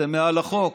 אתם מעל החוק.